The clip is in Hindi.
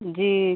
जी